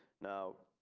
now.